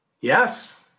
Yes